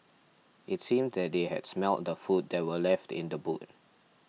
it seemed that they had smelt the food that were left in the boot